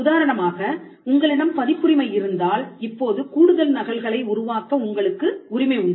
உதாரணமாக உங்களிடம் பதிப்புரிமை இருந்தால் இப்போது கூடுதல் நகல்களை உருவாக்க உங்களுக்கு உரிமை உண்டு